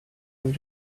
and